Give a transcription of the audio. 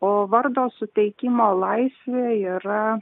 o vardo suteikimo laisvė yra